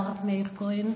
כהן,